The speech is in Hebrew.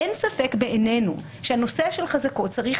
בעינינו אין ספק שהנושא של חזקות צריך